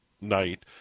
night